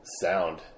sound